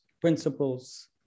principles